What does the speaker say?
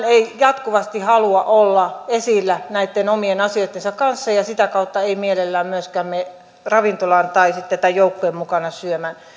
ei jatkuvasti halua olla esillä näitten omien asioittensa kanssa ja sitä kautta ei mielellään myöskään mene ravintolaan tai sitten tämän joukkueen mukana syömään